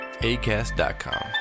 ACAST.com